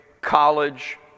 college